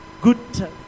good